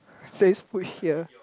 says food here